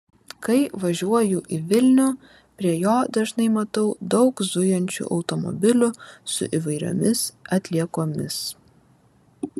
kai važiuoju į vilnių prie jo dažnai matau daug zujančių automobilių su įvairiomis atliekomis